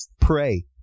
pray